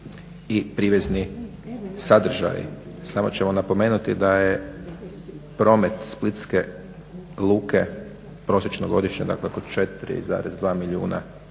i privezni sadržaji. Samo ćemo napomenuti da je promet Splitske luke prosječno godišnje, dakle oko 4,2 milijuna